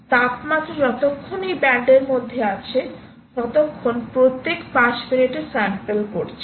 তাপমাত্রা যতক্ষণ এই ব্যান্ডের মধ্যে আছে ততক্ষণ প্রত্যেক 5 মিনিটে স্যাম্পল করছি